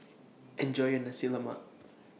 Enjoy your Nasi Lemak